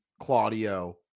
Claudio